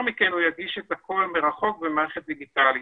מכן הוא יגיש את הכול מרחוק במערכת דיגיטלית.